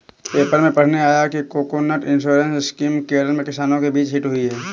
paper में पढ़ने आया कि कोकोनट इंश्योरेंस स्कीम केरल में किसानों के बीच हिट हुई है